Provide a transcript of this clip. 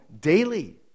daily